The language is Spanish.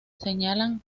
señalan